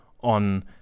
on